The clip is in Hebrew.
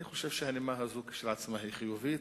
אני חושב שהנימה הזו כשלעצמה היא חיובית.